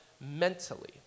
mentally